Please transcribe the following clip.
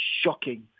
shocking